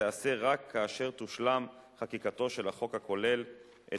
תיעשה רק כאשר תושלם חקיקתו של החוק הכולל את